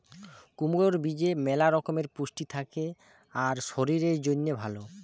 কুমড়োর বীজে ম্যালা রকমের পুষ্টি থাকে আর শরীরের জন্যে ভালো